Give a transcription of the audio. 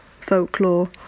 folklore